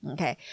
Okay